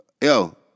Yo